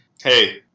Hey